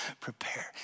prepare